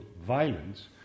violence